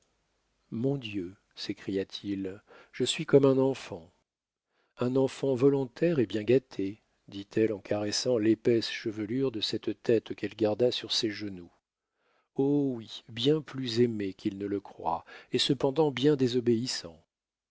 mon dieu s'écria-t-il je suis comme un enfant un enfant volontaire et bien gâté dit-elle en caressant l'épaisse chevelure de cette tête qu'elle garda sur ses genoux oh oui bien plus aimé qu'il ne le croit et cependant bien désobéissant